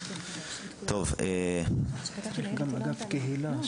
אני